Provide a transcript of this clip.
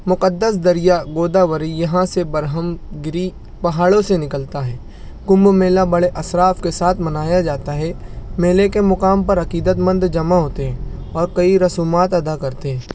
مقدس دریا گوداوری یہاں سے برہم گری پہاڑوں سے نکلتا ہے کنبھ میلا بڑے اسراف کے ساتھ منایا جاتا ہے میلے کے مقام پر عقیدت مند جمع ہوتے ہیں اور کئی رسومات ادا کرتے ہیں